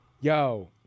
Yo